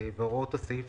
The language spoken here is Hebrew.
והוראות הסעיף